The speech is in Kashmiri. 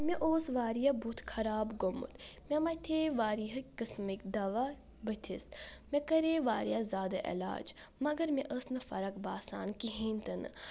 مےٚ اوس واریاہ بُتھ خراب گوٚمُت مےٚ متھیٚیہِ واریاہے قٔسمٕکۍ دوا بُتھِس مےٚ کریٚیہِ واریاہ زیٛادٕ علاج مگر مےٚ أس نہٕ فرق باسان کہیٖنۍ تہِ نہٕ